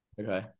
Okay